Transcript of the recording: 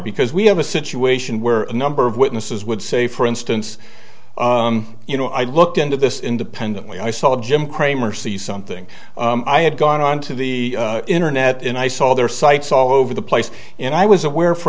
because we have a situation where a number of witnesses would say for instance you know i looked into this independently i saw jim cramer see something i had gone onto the internet and i saw their sites all over the place and i was aware for